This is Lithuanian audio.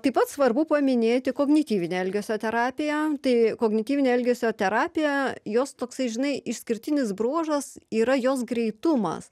taip pat svarbu paminėti kognityvinę elgesio terapiją tai kognityvinė elgesio terapija jos toksai žinai išskirtinis bruožas yra jos greitumas